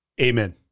Amen